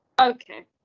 Okay